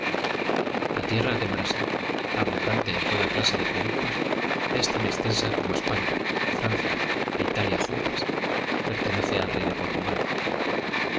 la tierra del brasil abundante en toda clase de productos es tan extensa como españa francia e italia juntas pertenece al rey de portugal los